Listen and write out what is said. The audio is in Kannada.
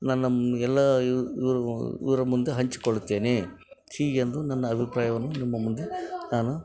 ನನ್ನ ಎಲ್ಲ ಇವರ ಮುಂದೆ ಹಂಚಿಕೊಳ್ಳುತ್ತೇನೆ ಹೀಗೆಂದು ನನ್ನ ಅಭಿಪ್ರಾಯವನ್ನು ನಿಮ್ಮ ಮುಂದೆ ನಾನು